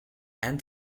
and